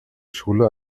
schule